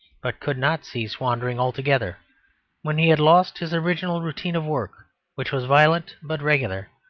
but could not cease wandering altogether when he had lost his original routine of work which was violent but regular,